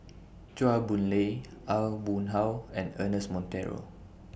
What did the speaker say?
Chua Boon Lay Aw Boon Haw and Ernest Monteiro